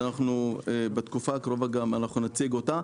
שאנחנו בתקופה הקרובה גם נציג אותה,